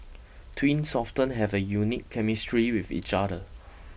twins often have a unique chemistry with each other